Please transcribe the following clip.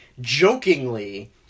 jokingly